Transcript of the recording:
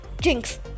jinx